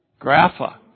grapha